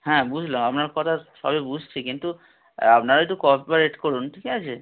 হ্যাঁ বুঝলাম আপনার কথা সবই বুঝছি কিন্তু আপনারা একটু কর্পোরেট করুন ঠিক আছে